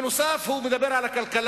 נוסף על כך, הוא מדבר על הכלכלה,